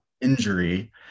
injury